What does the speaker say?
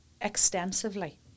extensively